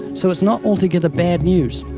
so it's not altogether bad news.